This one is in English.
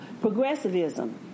progressivism